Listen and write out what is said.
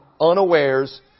unawares